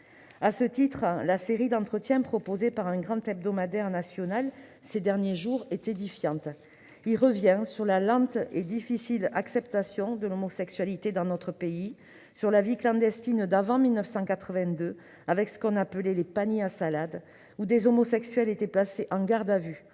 À ce titre, la série d'entretiens proposés par un grand hebdomadaire national ces derniers jours est édifiante. Elle revient sur la lente et difficile acceptation de l'homosexualité dans notre pays, sur la vie clandestine d'avant 1982, avec ce qu'on appelait les « paniers à salade », où des homosexuels étaient placés en garde à vue